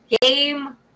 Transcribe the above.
Game